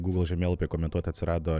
gūgl žemėlapyje komentuoti atsirado